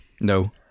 No